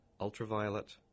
ultraviolet